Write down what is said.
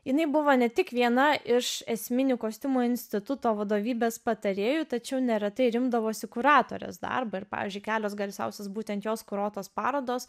jinai buvo ne tik viena iš esminių kostiumo instituto vadovybės patarėjų tačiau neretai rinkdavosi kuratorės darbą ir pavyzdžiui kelios garsiausios būtent jos kuruotos parodos